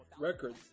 records